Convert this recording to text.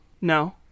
No